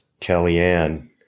Kellyanne